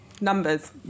numbers